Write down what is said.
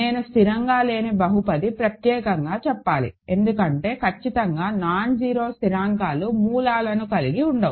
నేను స్థిరంగా లేని బహుపది ప్రత్యేకంగా చెప్పాలి ఎందుకంటే ఖచ్చితంగా నాన్ జీరో స్థిరాంకాలు మూలాలను కలిగి ఉండవు